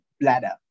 bladder